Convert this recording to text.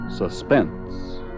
Suspense